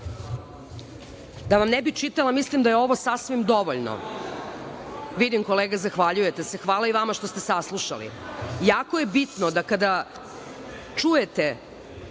vam ne bi čitala, mislim da je ovo sasvim dovoljno. Vidim kolega zahvaljujete se. Hvala i vama što ste saslušali. Jako je bitno da kada čujete